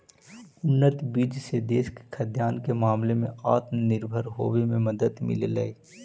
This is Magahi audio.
उन्नत बीज से देश के खाद्यान्न के मामले में आत्मनिर्भर होवे में मदद मिललई